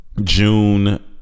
June